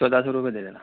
چودہ سو روپیے دے دینا